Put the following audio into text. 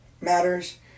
Matters